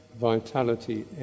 vitality